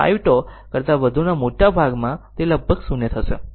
તેથી 5 τ કરતા વધુના મોટા ભાગમાં તે લગભગ 0 થશે